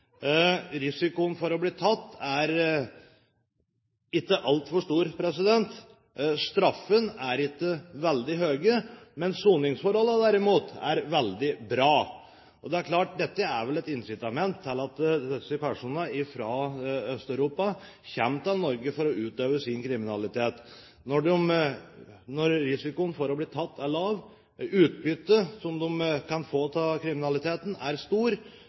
Risikoen for å bli tatt er ikke altfor stor, straffene er ikke veldig høye, men soningsforholdene derimot er veldig bra. Det er et klart incitament til at disse personene fra Øst-Europa kommer til Norge for å utøve sin kriminalitet, når risikoen for å bli tatt, er lav, utbyttet som de kan få av kriminaliteten, er